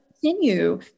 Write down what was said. continue